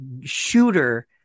shooter